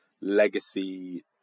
legacy